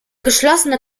geschlossene